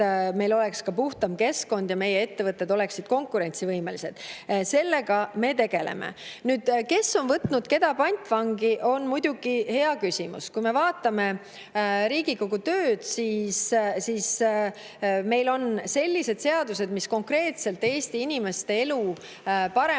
meil oleks puhtam keskkond ja meie ettevõtted oleksid konkurentsivõimelised. Sellega me tegeleme. Kes on võtnud keda pantvangi, on muidugi hea küsimus. Kui me vaatame Riigikogu tööd, siis meil on sellised seadused, mis konkreetselt Eesti inimeste elu paremaks